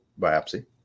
biopsy